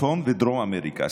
צפון ודרום אמריקה.